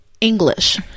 English